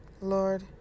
Lord